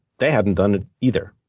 they hadn't done it either.